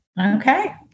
Okay